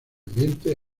ambiente